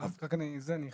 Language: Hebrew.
אז אני רק אחדד.